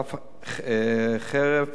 חרף